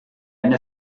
enne